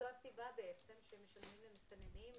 זו הסיבה בעצם שמשלמים למסתננים,